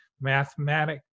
mathematic